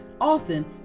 Often